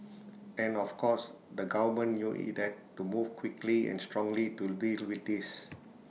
and of course the government knew IT had to move quickly and strongly to deal with this